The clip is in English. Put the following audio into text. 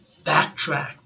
Backtrack